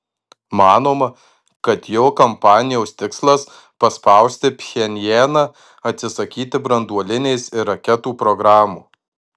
manoma kad jo kampanijos tikslas paspausti pchenjaną atsisakyti branduolinės ir raketų programų